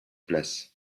place